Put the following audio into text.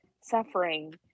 suffering